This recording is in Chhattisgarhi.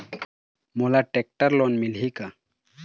मोला टेक्टर लोन मिलही का?